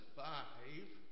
five